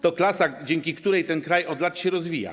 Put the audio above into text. To klasa, dzięki której ten kraj od lat się rozwija.